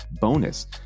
bonus